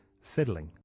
fiddling